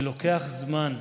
ולוקח זמן,